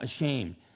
ashamed